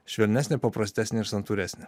švelnesnė paprastesnė ir santūresnė